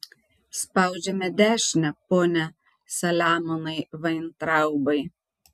spaudžiame dešinę pone saliamonai vaintraubai